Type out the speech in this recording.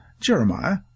Jeremiah